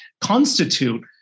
constitute